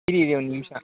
ಇರಿ ಇರಿ ಒಂದು ನಿಮಿಷ